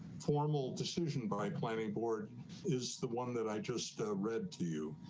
formal decision by planning board is the one that i just read to you.